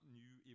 new